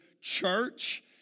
church